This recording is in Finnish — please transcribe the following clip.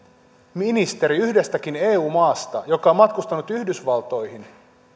ministeri yhdestäkin eu maasta joka on matkustanut yhdysvaltoihin